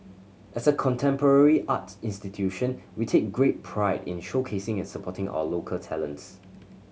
as a contemporary art institution we take great pride in showcasing and supporting our local talents